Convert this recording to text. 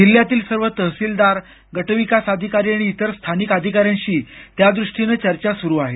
जिल्ह्यातील सर्व तहसीलदार गट विकास अधिकारी आणि इतर स्थानिक अधिकाऱ्यांशी त्यादृष्टीनं चर्चा सुरु आहे